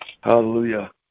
Hallelujah